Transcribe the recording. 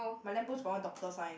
my lamp post got one doctor sign